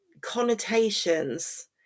connotations